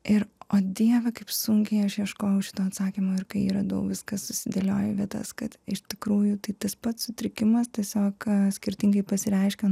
ir o dieve kaip sunkiai aš ieškojau šito atsakymo ir kai jį radau viskas susidėliojo į vietas kad iš tikrųjų tai tas pats sutrikimas tiesiog skirtingai pasireiškia